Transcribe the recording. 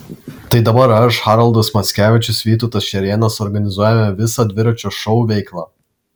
tai dabar aš haroldas mackevičius vytautas šerėnas organizuojame visą dviračio šou veiklą